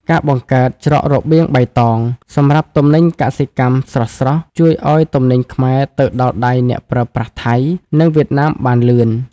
ការបង្កើត "ច្រករបៀងបៃតង"សម្រាប់ទំនិញកសិកម្មស្រស់ៗ ជួយឱ្យទំនិញខ្មែរទៅដល់ដៃអ្នកប្រើប្រាស់ថៃ និងវៀតណាមបានលឿន។